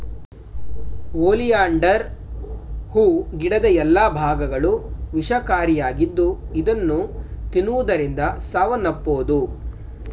oleander ಹೂ ಗಿಡದ ಎಲ್ಲಾ ಭಾಗಗಳು ವಿಷಕಾರಿಯಾಗಿದ್ದು ಇದನ್ನು ತಿನ್ನುವುದರಿಂದ ಸಾವನ್ನಪ್ಪಬೋದು